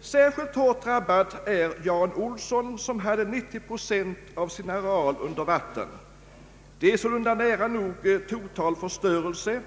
Särskilt hårt drabbad är Jan Olsson, som hade 90 procent av sin areal under vatten. Det är sålunda en nära nog total förstörelse.